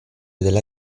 della